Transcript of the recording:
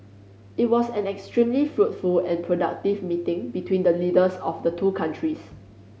it was an extremely fruitful and productive meeting between the leaders of the two countries